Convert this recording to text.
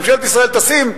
שממשלת ישראל תשים,